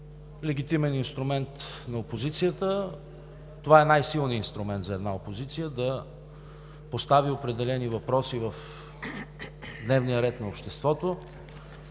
легитимен инструмент на опозицията – това е най-силният инструмент за една опозиция, да постави определени въпроси в дневния ред на обществото,